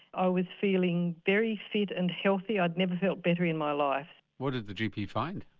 i was feeling very fit and healthy, i'd never felt better in my life. what did the gp find?